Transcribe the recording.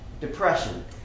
depression